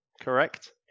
Correct